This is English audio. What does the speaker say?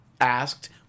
asked